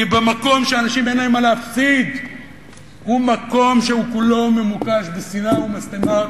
כי מקום שלאנשים אין מה להפסיד הוא מקום שכולו ממוקש בשנאה ומשטמה,